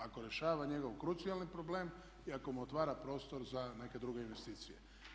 Ako rješava njegov krucijalni problem i ako mu otvara prostor za neke druge investicije.